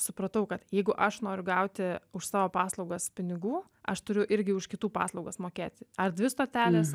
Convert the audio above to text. supratau kad jeigu aš noriu gauti už savo paslaugas pinigų aš turiu irgi už kitų paslaugas mokėti ar dvi stotelės